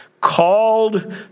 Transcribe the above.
called